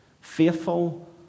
faithful